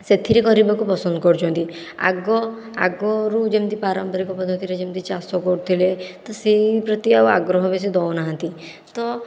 ସେଥିରେ କରିବାକୁ ପସନ୍ଦ କରୁଛନ୍ତି ଆଗରୁ ଯେମିତି ପାରମ୍ପରିକ ପଦ୍ଧତିରେ ଯେମିତି ଚାଷ କରୁଥିଲେ ତ ସେହି ପ୍ରତି ଆଉ ଆଗ୍ରହ ବେଶୀ ଦେଉନାହାନ୍ତି ତ